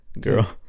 girl